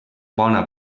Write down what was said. bona